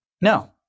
No